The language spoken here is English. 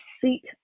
seat